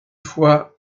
fois